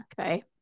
Okay